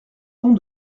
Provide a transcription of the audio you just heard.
pont